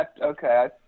okay